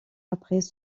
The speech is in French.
après